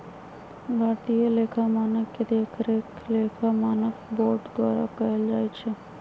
भारतीय लेखा मानक के देखरेख लेखा मानक बोर्ड द्वारा कएल जाइ छइ